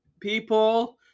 people